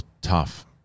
tough